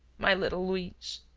my little luiz!